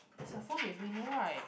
is your phone with me no right